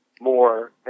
more